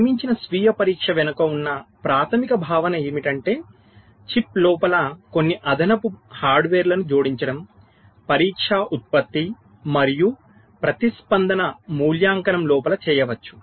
నిర్మించిన స్వీయ పరీక్ష వెనుక ఉన్న ప్రాథమిక భావన ఏమిటంటే చిప్ లోపల కొన్ని అదనపు హార్డ్వేర్లను జోడించడం పరీక్షా ఉత్పత్తి మరియు ప్రతిస్పందన మూల్యాంకనం లోపల చేయవచ్చు